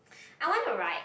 I want to write